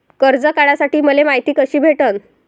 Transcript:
कर्ज काढासाठी मले मायती कशी भेटन?